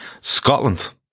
Scotland